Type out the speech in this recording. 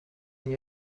n’y